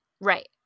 Right